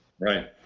Right